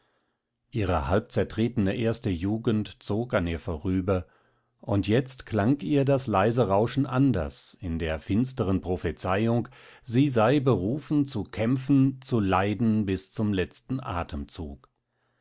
ihre halbzertretene erste jugend zog an ihr vorüber und jetzt klang ihr das leise rauschen anders in der finsteren prophezeiung sie sei berufen zu kämpfen zu leiden bis zum letzten atemzug